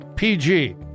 PG